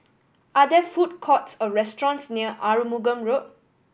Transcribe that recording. are there food courts or restaurants near Arumugam Road